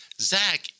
Zach